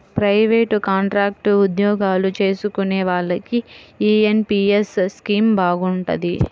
private, contract ఉద్యోగాలు చేసుకునే వాళ్లకి యీ ఎన్.పి.యస్ స్కీమ్ బాగుంటది